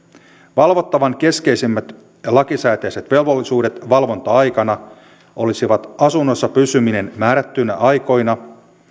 valvottavan keskeisimmät lakisääteiset velvollisuudet valvonta aikana olisivat asunnossa pysyminen määrättyinä aikoina